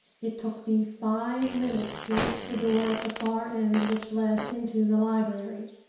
it took me five minutes to reach the door at the far end, which led into the library.